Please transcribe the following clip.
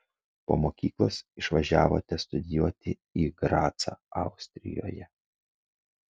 po mokyklos išvažiavote studijuoti į gracą austrijoje